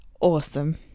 awesome